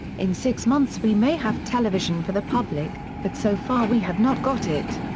in six months we may have television for the public, but so far we have not got it.